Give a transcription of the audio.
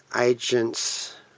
Agents